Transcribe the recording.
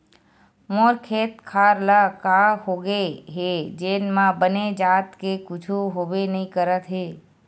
मोर खेत खार ल का होगे हे जेन म बने जात के कुछु होबे नइ करत हे